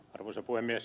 arvoisa puhemies